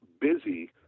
busy